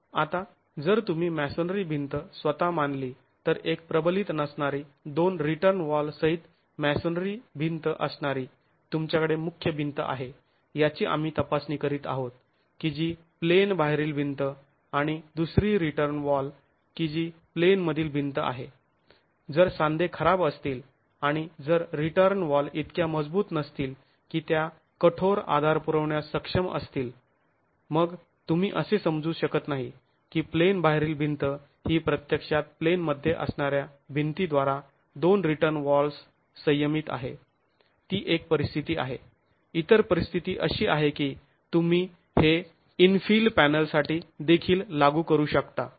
आता जर तुम्ही मॅसोनेरी भिंत स्वतः मानली तर एक प्रबलित नसणारी दोन रिटर्न वॉल सहित मॅसोनेरी भिंत असणारी तुमच्याकडे मुख्य भिंत आहे याची आम्ही तपासणी करीत आहोत की जी प्लेन बाहेरील भिंत आणि दुसरी रिटर्न वॉल किजी प्लेनमधील भिंत आहे जर सांधे खराब असतील आणि जर रिटर्न वॉल इतक्या मजबूत नसतील की त्या कठोर आधार पुरवण्यास सक्षम असतील मग तुम्ही असे समजू शकत नाही की प्लेन बाहेरील भिंत ही प्रत्यक्षात प्लेनमध्ये असणाऱ्या भिंती द्वारा दोन रिटर्न वॉल्स संयमित आहे ती एक परिस्थिती आहे इतर परिस्थिती अशी आहे की तुम्ही हे ईनफील पॅनलसाठी देखिल लागू करू शकता